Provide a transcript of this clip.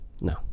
No